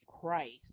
Christ